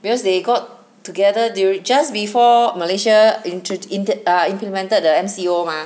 because they got together dur~ just before Malaysia intr~ intro~ err implemented the M_C_O mah